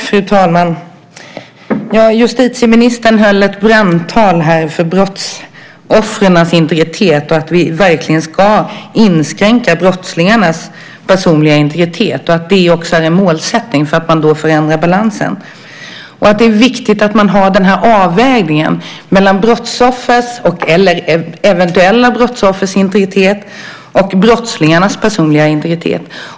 Fru talman! Justitieministern höll här ett brandtal för brottsoffrens integritet och sade att vi verkligen ska inskränka brottslingarnas personliga integritet, att det också är en målsättning för att man förändrar balansen och att det är viktigt att man har den här avvägningen mellan eventuella brottsoffers integritet och brottslingarnas personliga integritet.